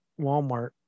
Walmart